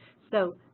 so,